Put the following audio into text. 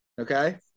Okay